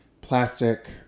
plastic